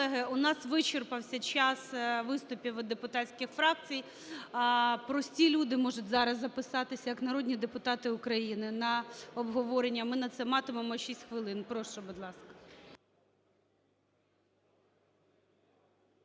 Шановні колеги, у нас вичерпався час виступів від депутатських фракцій, прості люди можуть зараз записатися як народні депутати України на обговорення, ми на це матимемо 6 хвилин. Прошу, будь ласка.